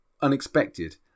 unexpected